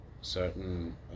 certain